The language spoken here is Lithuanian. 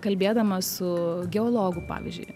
kalbėdama su geologu pavyzdžiui